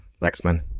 Lexman